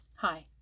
Hi